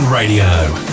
Radio